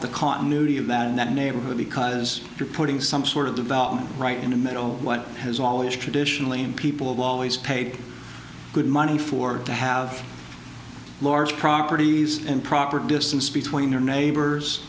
the continuity of that in that neighborhood because you're putting some sort of development right in the middle what has always traditionally and people have always paid good money for to have large properties and proper distance between their neighbors